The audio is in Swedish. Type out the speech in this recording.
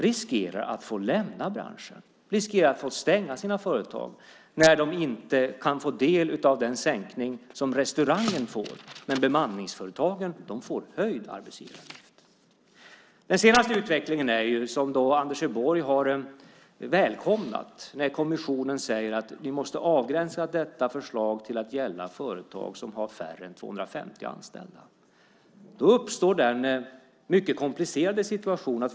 De riskerar att få stänga sina företag när de inte kan få del av den sänkning som restaurangen får, för bemanningsföretagen får höjd arbetsgivaravgift. Den senaste utvecklingen, som Anders Borg har välkomnat, är att kommissionen sagt att vi måste avgränsa detta förslag till att gälla företag som har färre än 250 anställda. Därmed uppstår en mycket komplicerad situation.